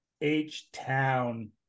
H-Town